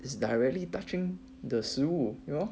is directly touching the 食物 you know